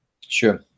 Sure